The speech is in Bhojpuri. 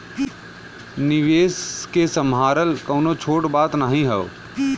निवेस के सम्हारल कउनो छोट बात नाही हौ